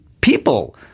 people